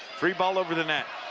free ball over the net.